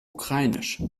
ukrainisch